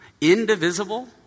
indivisible